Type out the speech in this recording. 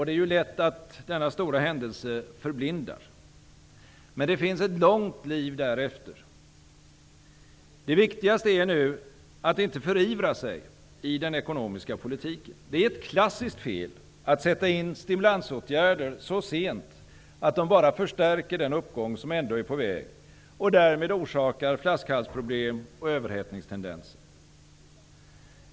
Det är lätt att denna stora händelse förblindar. Men det finns ett långt liv därefter. Det viktigaste är nu att inte förivra sig i den ekonomiska politiken. Det är ett klassiskt fel att sätta in stimulansåtgärder så sent att de bara förstärker den uppgång som ändå är på väg och därmed orsakar flaskhalsproblem och överhettningstendenser.